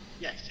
Yes